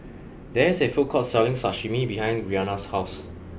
there is a food court selling Sashimi behind Rianna's house